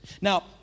Now